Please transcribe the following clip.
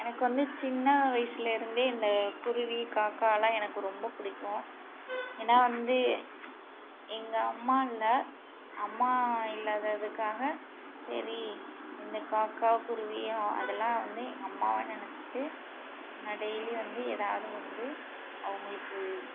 எனக்கு வந்து சின்ன வயசுலருந்தே இந்த குருவி காக்காலாம் எனக்கு ரொம்ப பிடிக்கும் ஏன்னா வந்து எங்கள் அம்மா இல்லை அம்மா இல்லாததுக்காக சரி இந்த காக்கா குருவியும் அதெலாம் வந்து எங்க அம்மாவா நினச்சிட்டு நான் டெய்லியும் வந்து எதாவது வந்து அவங்களுக்கு